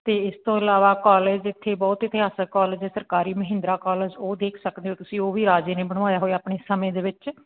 ਅਤੇ ਇਸ ਤੋਂ ਇਲਾਵਾ ਕੋਲਜ ਇੱਥੇ ਬਹੁਤ ਇਤਿਹਾਸਿਕ ਕੋਲਜ ਹੈ ਸਰਕਾਰੀ ਮਹਿੰਦਰਾ ਕੋਲਜ ਉਹ ਦੇਖ ਸਕਦੇ ਹੋ ਤੁਸੀਂ ਉਹ ਵੀ ਰਾਜੇ ਨੇ ਬਣਵਾਇਆ ਹੋਇਆ ਆਪਣੇ ਸਮੇਂ ਦੇ ਵਿੱਚ